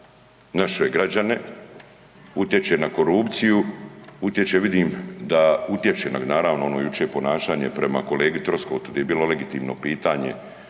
naše građane, utječe na korupciju, utječe vidim da, utječe naravno ono jučer ponašanje prema kolegi Troskotu gdje je bilo legitimno pitanja